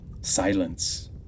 Silence